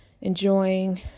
enjoying